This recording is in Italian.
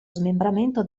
smembramento